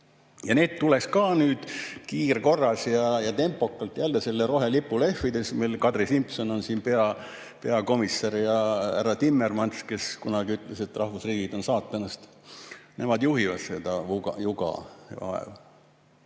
Ja need tuleks ka nüüd kiirkorras, tempokalt, jälle selle rohelipu lehvides [ära remontida]. Kadri Simson, kes on meil peakomissar, ja härra Timmermans, kes kunagi ütles, et rahvusriigid on saatanast – nemad juhivad seda juga.